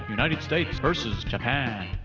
united states versus japan.